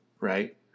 right